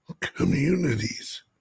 communities